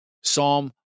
Psalm